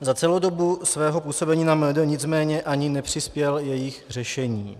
Za celou dobu svého působení na MD nicméně ani nepřispěl k jejich řešení.